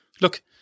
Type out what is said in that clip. look